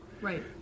Right